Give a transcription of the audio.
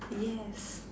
yes